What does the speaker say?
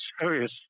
serious